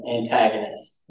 antagonist